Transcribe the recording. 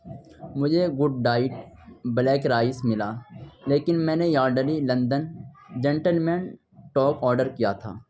مجھے Good Diet black rice ملا لیکن میں نے Yardley London gentleman top order کیا تھا